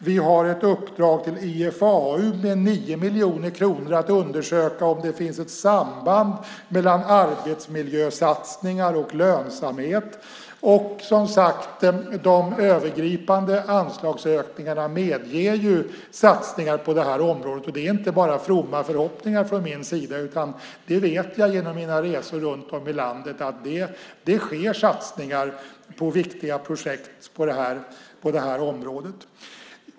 Vi har ett uppdrag till IFAU med 9 miljoner kronor för att undersöka om det finns ett samband mellan arbetsmiljösatsningar och lönsamhet. Och, som sagt, de övergripande anslagsökningarna medger ju satsningar på det här området. Det är inte bara fromma förhoppningar från min sida, utan det är något jag vet genom mina resor i landet. Det sker satsningar på viktiga projekt på det här området.